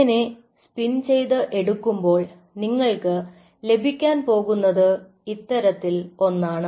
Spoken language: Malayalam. അങ്ങനെ സ്പിൻ ചെയ്തു എടുക്കുമ്പോൾ നിങ്ങൾക്ക് ലഭിക്കാൻ പോകുന്നത് ഇത്തരത്തിൽ ഒന്നാണ്